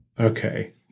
Okay